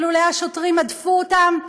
ולולא השוטרים הדפו אותם,